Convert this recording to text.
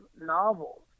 novels